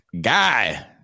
guy